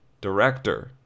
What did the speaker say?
director